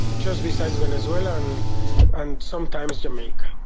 just besides venezuela and and sometimes jamaica.